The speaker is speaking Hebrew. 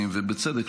ובצדק,